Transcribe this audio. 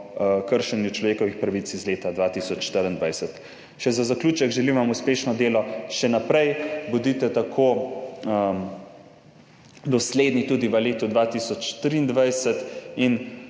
kršenju človekovih pravic iz leta 2024. Še za zaključek. Želim vam uspešno delo še naprej. Bodite tako dosledni tudi v letu 2023.